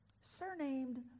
Surnamed